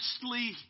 justly